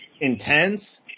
intense